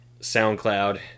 SoundCloud